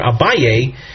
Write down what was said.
abaye